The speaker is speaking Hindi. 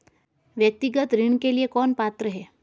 व्यक्तिगत ऋण के लिए कौन पात्र है?